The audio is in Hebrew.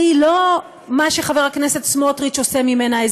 שהיא לא מה שחבר הכנסת סמוטריץ עושה ממנה,